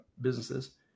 businesses